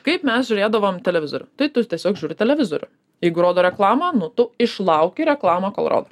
kaip mes žiūrėdavom televizorių tai tu tiesiog žiūri televizorių jeigu rodo reklamą nu tu išlauki reklamą kol rodo